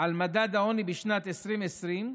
על מדד העוני בשנת 2020,